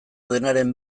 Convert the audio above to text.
denaren